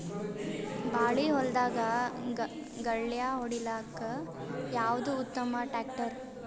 ಬಾಳಿ ಹೊಲದಾಗ ಗಳ್ಯಾ ಹೊಡಿಲಾಕ್ಕ ಯಾವದ ಉತ್ತಮ ಟ್ಯಾಕ್ಟರ್?